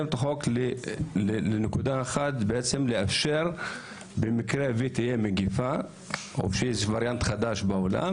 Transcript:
החוק כך שרק אם תהיה מגפה או יהיה וריאנט חדש בעולם